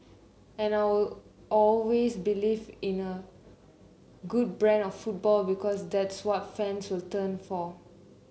and all always believed in a good brand of football because that's what fans will turn the for